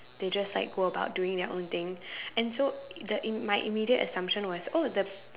they just like go about doing their own thing and so the in my immediate assumption was all of the